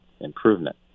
improvement